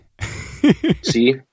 See